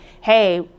hey